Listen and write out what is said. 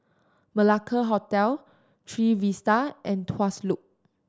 Malacca Hotel Trevista and Tuas Loop